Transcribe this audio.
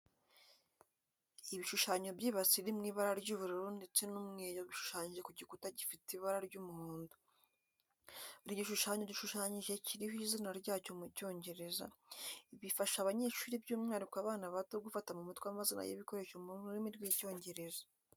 Ibishushanyo by'ibase iri mu ibara ry'ubururu ndetse n'umweyo bishushanyije ku gikuta gifite ibara ry'umuhondo. Buri gishushanyo gishushanyije kiriho izina ryacyo mu Cyongereza. Ibi bifasha abanyeshuri by'umwihariko abana bato gufata mu mutwe amazina y'ibikoresho mu rurimi rw'Icyongereza.